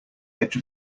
edge